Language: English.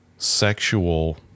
Sexual